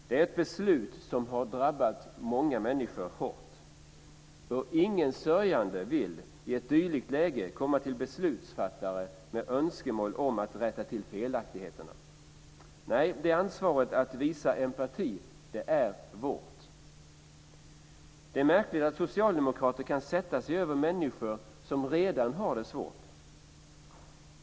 Det är ett beslut som har drabbat många hårt. Ingen sörjande människa vill i ett dylikt läge komma till beslutsfattare med önskemål om att rätta till felaktigheterna. Nej, ansvaret för att visa empati i detta sammanhang är vårt. Det är märkligt att socialdemokrater kan sätta sig över människor som redan har det svårt.